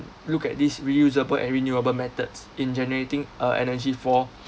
look at this reusable and renewable methods in generating a energy for